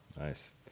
Nice